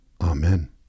Amen